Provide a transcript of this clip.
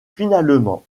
finalement